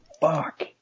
fuck